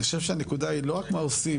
אני חושב שהנקודה היא לא רק מה עושים.